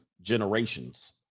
generations